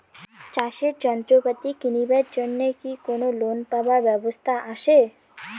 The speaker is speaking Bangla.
চাষের যন্ত্রপাতি কিনিবার জন্য কি কোনো লোন পাবার ব্যবস্থা আসে?